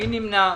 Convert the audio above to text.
מי נמנע?